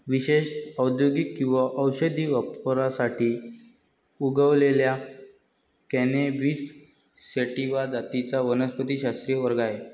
विशेषत औद्योगिक किंवा औषधी वापरासाठी उगवलेल्या कॅनॅबिस सॅटिवा जातींचा वनस्पतिशास्त्रीय वर्ग आहे